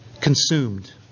consumed